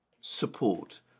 support